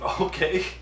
Okay